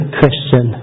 Christian